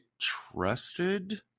trusted